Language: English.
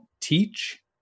teach